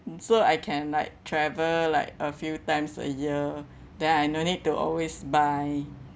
so I can like travel like a few times a year then I no need to always buy